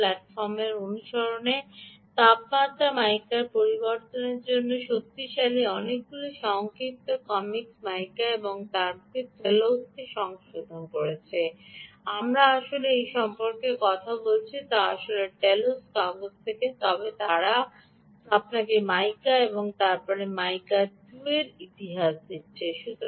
মাইকা প্ল্যাটফর্মের অনুসরণে তাপমাত্রা মাইকার পরিবর্তনের জন্য শক্তিশালী অনেকগুলি সংক্ষিপ্ত কমিক্স মাইকা এবং তারপরে টেলোসকে সংশোধন করেছে আমরা আসলে এটি সম্পর্কে কথা বলছি আসলে টেলোসের কাগজ থেকে তবে তারা আপনাকে মিকা এবং তারপরে মাইকা 2 এর ইতিহাস দিচ্ছে